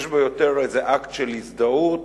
יש בו יותר איזה אקט של הזדהות